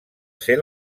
ser